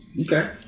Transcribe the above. Okay